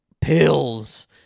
pills